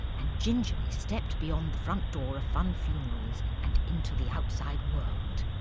and gingerly stepped beyond the front door of funn funerals and into the outside world.